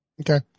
Okay